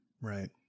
Right